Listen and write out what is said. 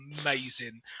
amazing